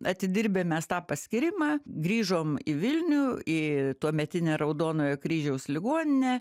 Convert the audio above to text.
atidirbę mes tą paskyrimą grįžom į vilnių į tuometinę raudonojo kryžiaus ligoninę